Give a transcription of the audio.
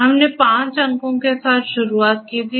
हमने पाँच अंकों के साथ शुरुआत की थी